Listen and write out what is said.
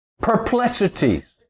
perplexities